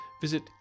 visit